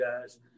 guys